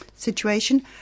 situation